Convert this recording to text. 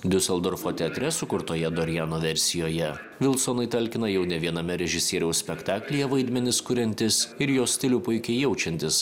diuseldorfo teatre sukurtoje doriano versijoje vilsonui talkina jau ne viename režisieriaus spektaklyje vaidmenis kuriantis ir jo stilių puikiai jaučiantis